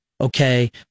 okay